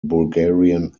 bulgarian